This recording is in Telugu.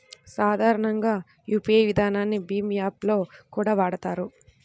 సాధారణంగా యూపీఐ విధానాన్ని భీమ్ యాప్ లో కూడా వాడతారు